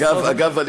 אגב,